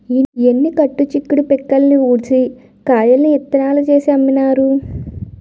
ఎన్ని కట్టు చిక్కుడు పిక్కల్ని ఉడిసి కాయల్ని ఇత్తనాలు చేసి అమ్మినారు